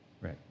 Right